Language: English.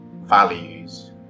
values